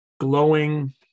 glowing